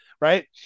Right